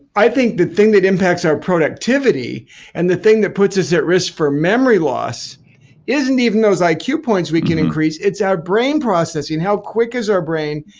i think the thing that impacts our productivity and the thing that puts us at risk for memory loss isn't even those like iq points we can increase, it's our brain processing how quick is our brain?